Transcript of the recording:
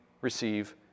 receive